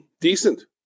Decent